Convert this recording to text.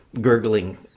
gurgling